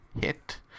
hit